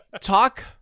talk